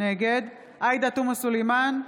נגד עאידה תומא סלימאן,